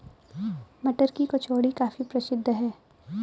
मटर की कचौड़ी काफी प्रसिद्ध है